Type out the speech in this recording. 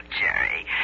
Jerry